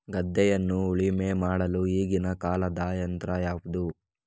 ಗದ್ದೆಯನ್ನು ಉಳುಮೆ ಮಾಡಲು ಈಗಿನ ಕಾಲದ ಯಂತ್ರ ಯಾವುದು?